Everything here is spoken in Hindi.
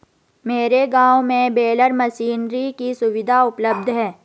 मेरे गांव में बेलर मशीनरी की सुविधा उपलब्ध है